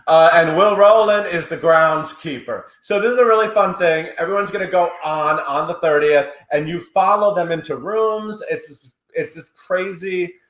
and will rolland is the groundskeeper. so this is a really fun thing. everyone's gonna go on on the thirtieth and you follow them into rooms. it's this it's this crazy,